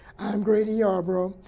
i'm grady yarbrough,